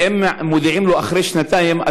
ואם מודיעים לו אחרי שנתיים,